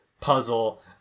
puzzle